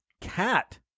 Cat